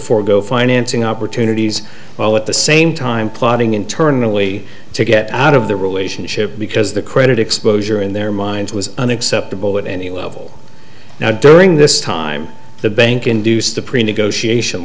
forgo financing opportunities while at the same time plotting internally to get out of the relationship because the credit exposure in their minds was unacceptable at any level now during this time the bank induced the pre negotiation